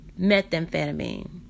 methamphetamine